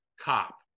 Cop